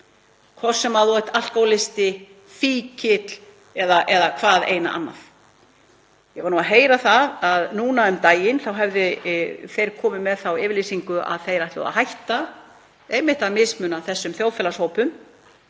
hvort sem þú ert alkóhólisti, fíkill eða hvað eina annað. Ég var nú að heyra það að um daginn hefðu þeir gefið þá yfirlýsingu að þeir ætluðu að hætta að mismuna þessum þjóðfélagshópum